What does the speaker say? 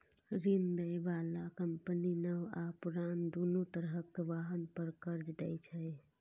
ऋण दै बला कंपनी नव आ पुरान, दुनू तरहक वाहन पर कर्ज दै छै